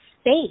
space